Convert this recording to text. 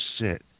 sit